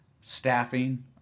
staffing